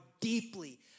deeply